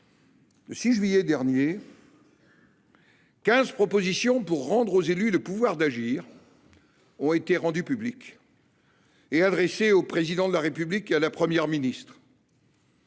Le 6 juillet dernier, quinze propositions pour rendre aux élus leur « pouvoir d’agir » ont été publiées et adressées au Président de la République et à la Première ministre.